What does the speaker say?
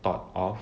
thought of